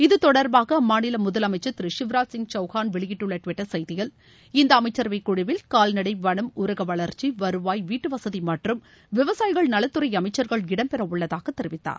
இது தொடர்பாக அம்மாநில முதலமைச்சர் திரு சிவராஜ் சிங் சௌகான் வெளியிட்டுள்ள டுவிட்டர் செய்தியில் இந்த அமைச்சரவை குழுவில் கால்நடை வளம் ஊரக வளர்ச்சி வருவாய் வீட்டு வசதி மற்றும் விவசாயிகள் நலத்துறை அளமச்சர்கள் இடம்பெற உள்ளதாக தெரிவித்தார்